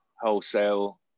wholesale